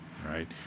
Right